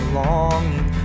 longing